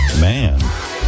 Man